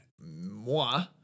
moi